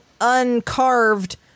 uncarved